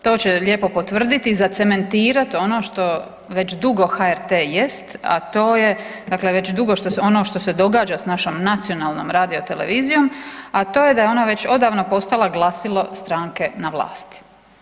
To će lijepo potvrdit i zacementirat ono što već dugo HRT jest, a to je, dakle već dugo što, ono što se događa s našom nacionalnom RTV-om, a to je da je ona već odavno postala glasilo stranke na vlasti.